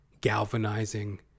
galvanizing